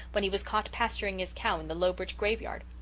when he was caught pasturing his cow in the lowbridge graveyard.